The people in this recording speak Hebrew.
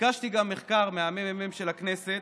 ביקשתי גם מחקר מהממ"מ של הכנסת,